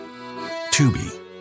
Tubi